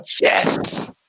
Yes